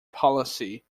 policy